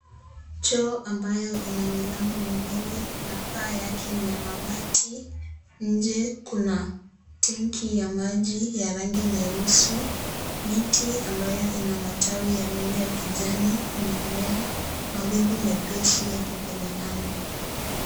Choo ambayo ina milango miwili na paa yake ni ya mabati. Nje kuna tenki ya maji ya rangi nyeusi. Miti ambayo ina matawi ya rangi ya kijani imemea. Mawingu mepesi yako kwenye anga.